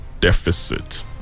deficit